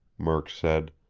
murk said.